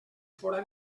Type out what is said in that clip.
fóra